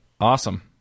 awesome